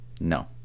No